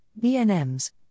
BNMs